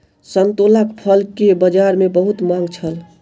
संतोलाक फल के बजार में बहुत मांग छल